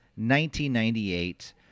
1998